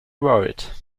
worried